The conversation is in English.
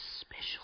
special